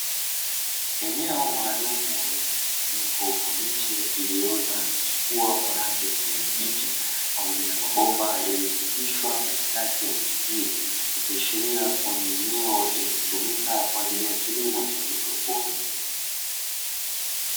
Eneo maalumu lenye mkusanyiko wa miche iliyoota na kuchipua kwa rangi ya kijani kibichi, pamoja na mabomba yaliyopitishwa katikati ya miche hiyo ikiashiria kuwa ni eneo lenye kumika kwa ajili ya kilimo cha haidroponi.